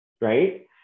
Right